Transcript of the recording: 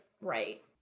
right